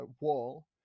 wall